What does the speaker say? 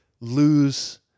lose